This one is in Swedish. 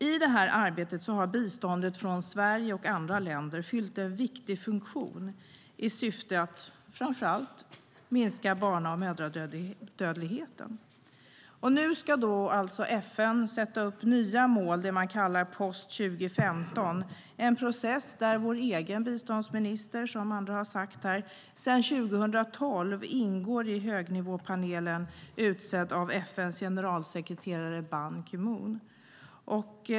I det arbetet har biståndet från Sverige och andra länder fyllt en viktig funktion i syfte att framför allt minska barna och mödradödligheten. Nu ska FN sätta nya mål - post-2015. Det är en process där vår egen biståndsminister sedan 2012 ingår i högnivåpanelen utsedd av FN:s generalsekreterare Ban Ki Moon.